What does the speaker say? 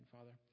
Father